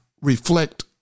reflect